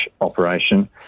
operation